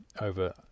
over